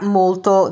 molto